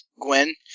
Gwen